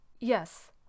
Yes